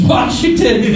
Washington